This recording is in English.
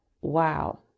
wow